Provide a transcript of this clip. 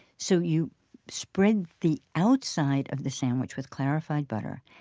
so you spread the outside of the sandwich with clarified butter.